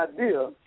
idea